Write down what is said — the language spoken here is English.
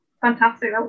fantastic